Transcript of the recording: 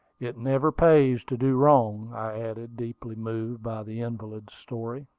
it never pays to do wrong, i added, deeply moved by the invalid's story.